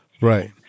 Right